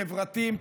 חברתיים,